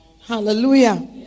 Hallelujah